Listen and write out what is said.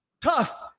tough